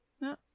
no